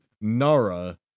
Nara